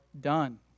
done